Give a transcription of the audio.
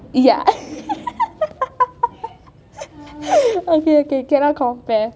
ya ~ okay okay cannot compare